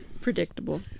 Predictable